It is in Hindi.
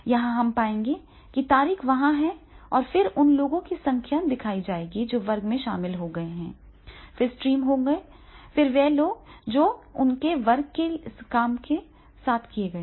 यहां हम पाएंगे कि तारीख वहां है और फिर उन लोगों की संख्या दिखाई जाएगी जो वर्ग में शामिल हो गए हैं फिर स्ट्रीम होंगे फिर वे लोग हैं जो उनके वर्ग के काम के साथ किए गए हैं